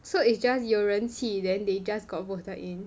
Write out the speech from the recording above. so it's just 有人气 then they just got voted in